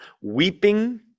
weeping